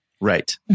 Right